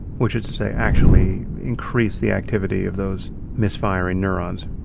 which is to say actually increase the activity of those misfiring neurons.